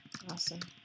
Awesome